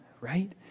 right